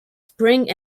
spring